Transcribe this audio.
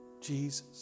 Jesus